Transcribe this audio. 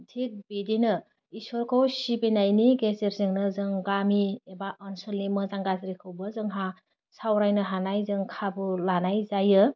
थिक बिदिनो ईश्वोरखौ सिबिनायनि गेजेरजोंनो जों गामि एबा ओनसोलनि मोजां गाज्रिखौबो जोंहा सावरायनो हानाय जों खाबु लानाय जायो